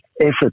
effort